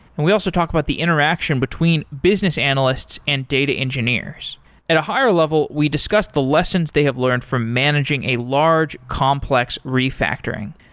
and we also talk about the interaction between business analysts and data engineers at a higher level, we discussed the lessons they have learned from managing a large complex refactoring.